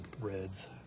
reds